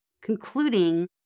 Concluding